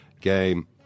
game